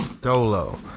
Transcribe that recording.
Dolo